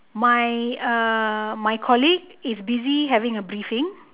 my uh my colleague is busy having a briefing